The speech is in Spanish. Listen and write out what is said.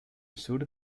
sur